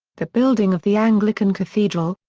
the building of the anglican cathedral,